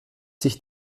sich